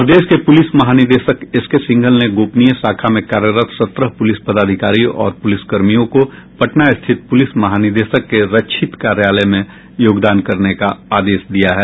प्रदेश के पुलिस महानिदेशक एसके सिंघल ने गोपनीय शाखा में कार्यरत सत्रह पुलिस पदाधिकारियों और पुलिसकर्मियों को पटना स्थित पुलिस महानिदेशक के रक्षित कार्यालय में योगदान करने का आदेश दिया है